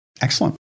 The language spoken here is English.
Excellent